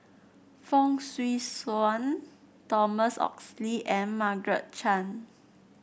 Fong Swee Suan Thomas Oxley and Margaret Chan